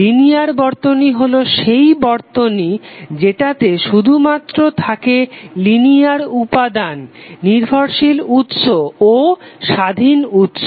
linear বর্তনী হলো সেই বর্তনী যেটাতে শুধুমাত্র থাকে লিনিয়ার উপাদান নির্ভরশীল উৎস ও স্বাধীন উৎস